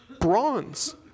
bronze